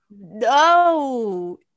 No